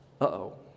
Uh-oh